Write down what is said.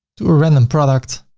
to a random product,